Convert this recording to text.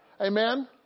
Amen